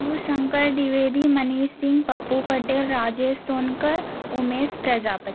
Prabhushankar Dwivedi Manish Singh Pappu Patel Rajesh Sonkar Umesh Prajapat